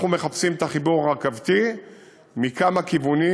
אנחנו מחפשים את החיבור הרכבתי מכמה כיוונים,